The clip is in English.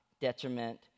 detriment